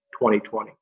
2020